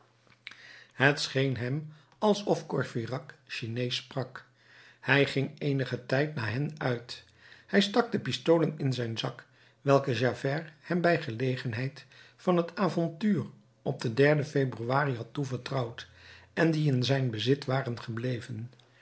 het scheen hem alsof courfeyrac chineesch sprak hij ging eenigen tijd na hen uit hij stak de pistolen in zijn zak welke javert hem bij gelegenheid van het avontuur op den den februari had toevertrouwd en die in zijn bezit waren gebleven